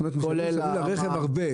כולל --- אנחנו מוציאים על רכב הרבה.